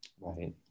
Right